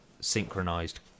synchronized